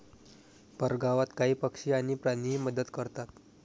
परगावात काही पक्षी आणि प्राणीही मदत करतात